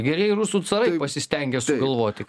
gerieji rusų carai pasistengė sugalvoti